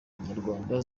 nyarwanda